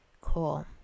Cool